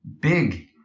big